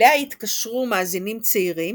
אליה התקשרו מאזינים צעירים,